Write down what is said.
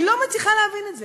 אני לא מצליחה להבין את זה.